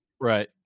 Right